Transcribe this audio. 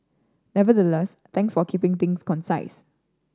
nevertheless thanks for keeping things concise